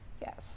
Yes